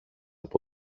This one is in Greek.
από